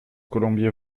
colombier